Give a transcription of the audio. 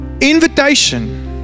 invitation